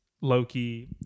Loki